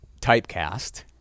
typecast